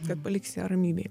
kad paliks ją ramybėj